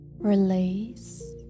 Release